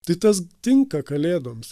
tai tas tinka kalėdoms